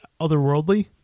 otherworldly